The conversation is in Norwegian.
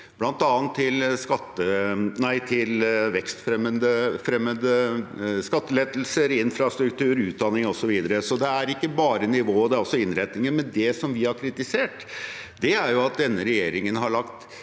bl.a. til vekstfremmende skattelettelser, til infrastruktur, til utdanning osv. Så det er ikke bare nivået, det er også innretningen. Men det vi har kritisert, er at denne regjeringen har lagt